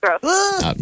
Gross